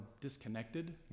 disconnected